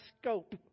scope